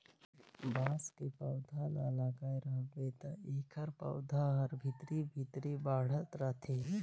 बांस के पउधा ल लगाए रहबे त एखर पउधा हर भीतरे भीतर बढ़ात रथे